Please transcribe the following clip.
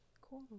cool